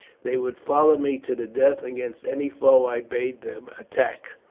they would follow me to the death against any foe i bade them attack.